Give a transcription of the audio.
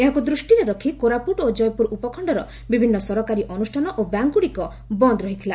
ଏହାକୁ ଦୃଷିରେ ରଖି କୋରାପୁଟ ଓ କୟପୁର ଉପଖିଣର ବିଭିନ୍ନ ସରକାରୀ ଅନୁଷ୍ଠାନ ଓ ବ୍ୟାଙ୍କଗୁଡ଼ିକ ବନ୍ନ ରହିଥିଲା